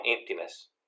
emptiness